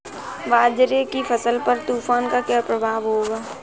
बाजरे की फसल पर तूफान का क्या प्रभाव होगा?